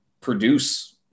produce